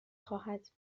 خواهد